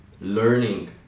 learning